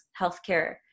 healthcare